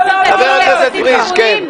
חבר הכנסת פריג', כן.